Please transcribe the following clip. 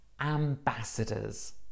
ambassadors